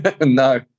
no